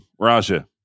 Raja